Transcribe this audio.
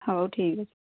ହଉ ଠିକ୍ ଅଛି